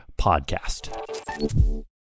podcast